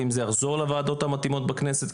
ואם זה יחזור לוועדות המתאימות בכנסת?